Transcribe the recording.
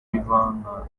ivanka